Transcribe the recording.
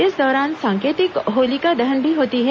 इस दौरान सांकेतिक होलिका दहन भी होती है